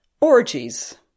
Orgies